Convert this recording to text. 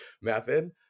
method